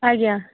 ଆଜ୍ଞା